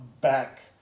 back